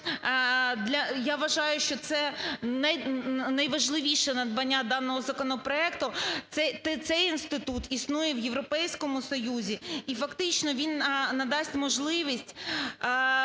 я вважаю, що це найважливіше надбання даного законопроекту. Цей інститут існує в Європейському Союзі, і фактично він надасть можливість